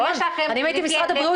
אם הייתי משרד הבריאות,